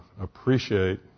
appreciate